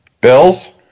Bills